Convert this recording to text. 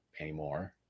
anymore